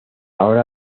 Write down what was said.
hora